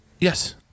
Yes